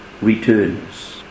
returns